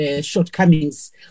shortcomings